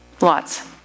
Lots